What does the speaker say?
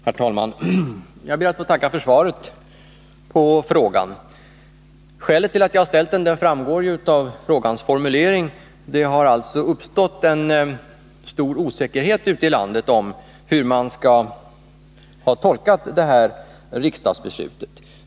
Herr talman! Jag ber att få tacka för svaret på frågan. Skälet till att jag har ställt den framgår av frågans formulering. Det har alltså uppstått en stor osäkerhet ute i landet om tolkningen av detta riksdagsbeslut.